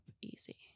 easy